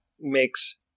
makes